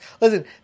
listen